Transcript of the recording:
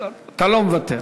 אתה לא מוותר.